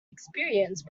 experienced